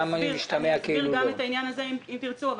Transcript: אסביר גם את העניין הזה, אם תרצו.